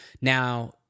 Now